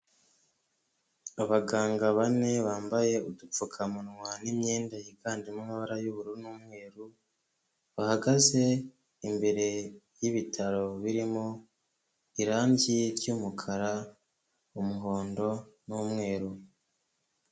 Abaganga bane bambaye udupfukamunwa n'imyenda yiganjemo iamabara y'ubururu n'umweru bahagaze imbere y'ibitaro birimo irangi ry'umukara, umuhondo, n'umweru.